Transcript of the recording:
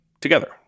together